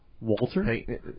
Walter